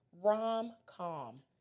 rom-com